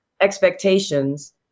expectations